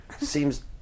seems